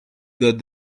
got